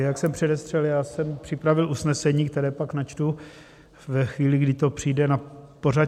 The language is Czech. Jak jsem předestřel, já jsem připravil usnesení, které pak načtu ve chvíli, kdy to přijde na pořad.